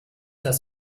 das